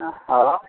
ᱦᱳᱭ